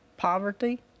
poverty